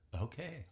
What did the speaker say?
Okay